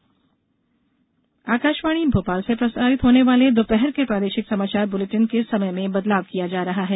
प्रादेशिक समाचार समय आकाशवाणी भोपाल से प्रसारित होने वाले दोपहर के प्रादेशिक समाचार बुलेटिन के समय में बदलाव किया जा रहा है